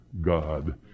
God